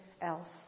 else